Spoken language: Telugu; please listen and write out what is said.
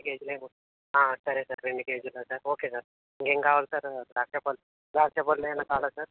రెండు కేజీలు ఏమో సరే సార్ రెండు కేజీలా సార్ ఓకే సార్ ఇంకేం కావాలి సార్ ద్రాక్షా పళ్ళు ద్రాక్షా పళ్ళు ఏమన్న కావాలా సార్